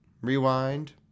rewind